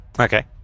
Okay